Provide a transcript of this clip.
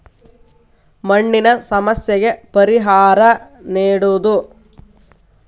ಮಣ್ಣಿನ ಸಮಸ್ಯೆಗೆ ಪರಿಹಾರಾ ನೇಡುದು